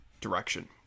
direction